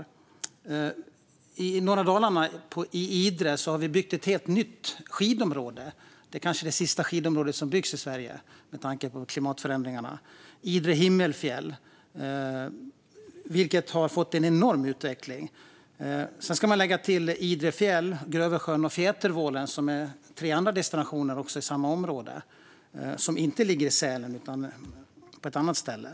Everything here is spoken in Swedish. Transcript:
I Idre i norra Dalarna har vi byggt ett helt nytt skidområde. Det kanske är det sista skidområde som byggs i Sverige, med tanke på klimatförändringarna. Det heter Idre Himmelfjäll och har fått en enorm utveckling. Man ska lägga till Idre Fjäll, Grövelsjön och Fjätervålen, som är tre andra destinationer i samma område, som inte ligger i Sälen utan på ett annat ställe.